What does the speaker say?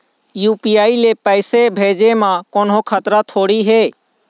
UPI ले पैसे भेजे म कोन्हो खतरा थोड़ी हे?